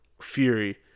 Fury